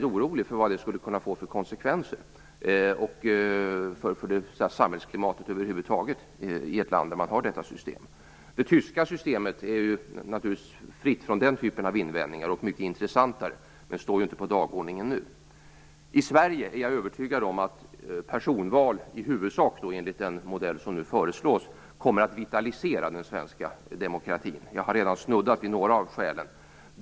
Jag är orolig för vad det kan få för konsekvenser för samhällsklimatet i ett land med ett sådant system. Det tyska systemet är naturligtvis fritt från den typen av invändningar. Det är mycket intressant, men står inte på dagordningen nu. Jag är övertygad om att personval, i huvudsak enligt den modell som nu föreslås, kommer att vitalisera den svenska demokratin. Jag har redan snuddat vid några av skälen.